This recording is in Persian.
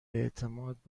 اعتماد